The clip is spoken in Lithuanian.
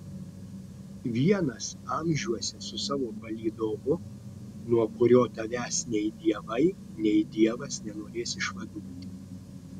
vienas amžiuose su savo palydovu nuo kurio tavęs nei dievai nei dievas nenorės išvaduoti